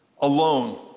alone